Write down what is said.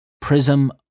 Prism